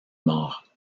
mort